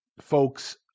folks